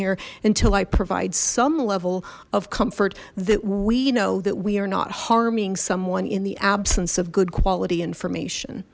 here until i provide some level of comfort that we know that we are not harming someone in the absence of good quality information